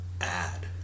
add